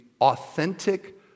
authentic